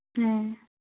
ᱦᱩᱸ